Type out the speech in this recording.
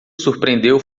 surpreendeu